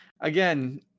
again